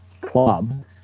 club